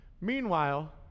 Meanwhile